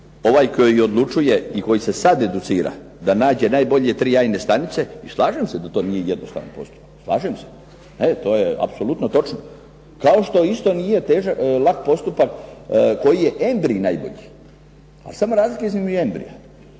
Ovaj koji odlučuje i koji se sad educira da nađe najbolje tri jajne stanice i slažem se da to nije jednostavan postupak, slažem se. To je apsolutno točno. Kao što isto nije lak postupak koji je embrij najbolji. Ali samo je razlika između embrija